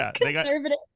conservative